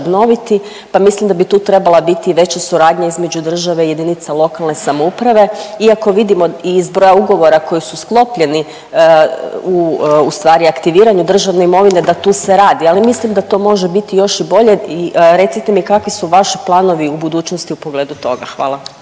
pa milim da bi tu trebala biti i veća suradnja između države i jedinica lokalne samouprave iako vidimo i iz broja ugovora koji su sklopljeni u ustvari aktiviranju državne imovine da tu se radi, ali mislim da to može biti još i bolje i recite mi, kakvi su vaši planovi u budućnosti u pogledu toga? Hvala.